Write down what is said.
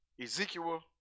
Ezekiel